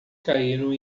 caíram